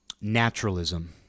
naturalism